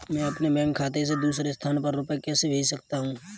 मैं अपने बैंक खाते से दूसरे स्थान पर रुपए कैसे भेज सकता हूँ?